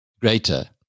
greater